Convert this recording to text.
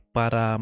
para